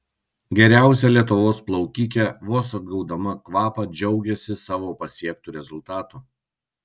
geriausia lietuvos plaukikė vos atgaudama kvapą džiaugėsi savo pasiektu rezultatu